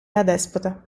adespota